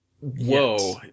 Whoa